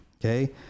okay